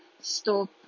stop